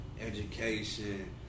education